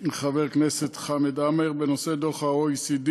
וחמד עמאר בנושא דוח ה-OECD